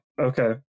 okay